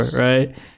right